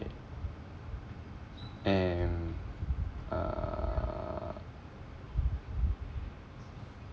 am uh